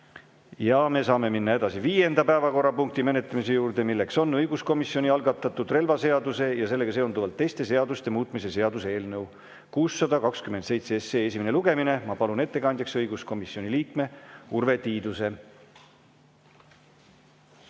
Me saame minna edasi viienda päevakorrapunkti menetlemise juurde, milleks on õiguskomisjoni algatatud relvaseaduse ja sellega seonduvalt teiste seaduste muutmise seaduse eelnõu 627 esimene lugemine. Ma palun ettekandjaks õiguskomisjoni liikme Urve Tiiduse.